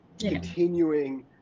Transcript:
continuing